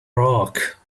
rock